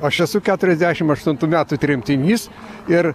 aš esu keturiasdešimt aštuntų metų tremtinys ir